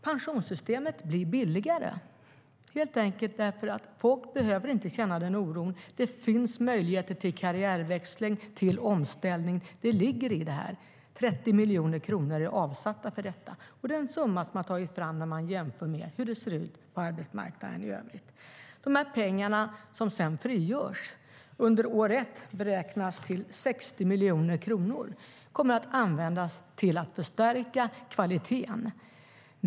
Pensionssystemet blir billigare helt enkelt eftersom folk inte behöver känna den oron. Det finns möjligheter till karriärväxling, till omställning. Det ligger i det här - 30 miljoner kronor är avsatta till detta. Det är en summa som har tagits fram när man har jämfört med hur det ser ut på arbetsmarknaden i övrigt. Pengarna som sedan frigörs under år 1 beräknas till 60 miljoner kronor. De kommer att användas till att förstärka kvaliteten.